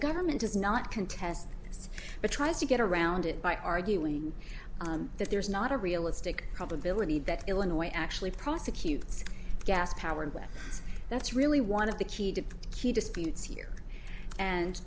government does not contest but tries to get around it by arguing that there's not a realistic probability that illinois actually prosecutes gas powered way that's really one of the key to key disputes here and